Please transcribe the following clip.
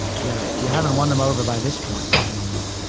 you got it. if you haven't won them over by this point, you know you